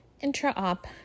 Intra-op